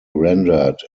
rendered